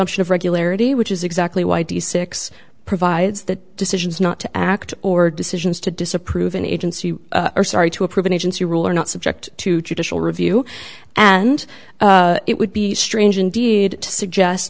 presumption of regularity which is exactly why does six provides that decisions not to act or decisions to disapprove an agency or sorry to approve an agency rule are not subject to judicial review and it would be strange indeed to suggest